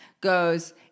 goes